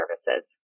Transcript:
services